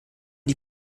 die